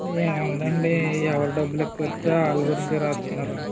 ఏవుందండి ఎవరు డబ్బులు ఎక్కువ ఇస్తే వాళ్ళ గురించే రాస్తున్నారు